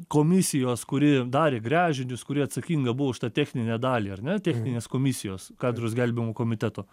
komisijos kuri darė gręžinius kuri atsakinga buvo už tą techninę dalį ar ne techninės komisijos katedros gelbėjimo komiteto